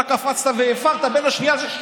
אתה קפצת והפרת בין השנייה לשלישית.